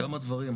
כמה דברים,